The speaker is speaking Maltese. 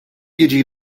jiġi